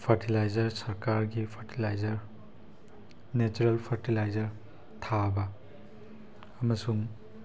fertiliser ꯁꯔꯀꯥꯔꯒꯤ fertilizer natural fertilizer ꯊꯥꯕ ꯑꯃꯁꯨꯡ